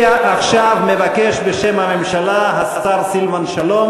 נצביע עכשיו, מבקש בשם הממשלה השר סילבן שלום.